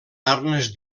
arnes